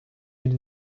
від